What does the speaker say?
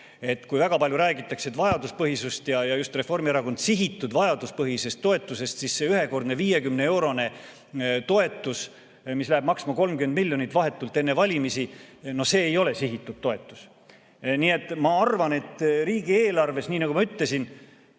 Kui väga palju räägitakse vajaduspõhisusest ja just Reformierakond räägib sihitud vajaduspõhisest toetusest, siis see ühekordne 50‑eurone toetus, mis läheb maksma 30 miljonit, vahetult enne valimisi, no see ei ole sihitud toetus. Nii et ma arvan, et riigieelarves, nii nagu ma ütlesin,